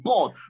God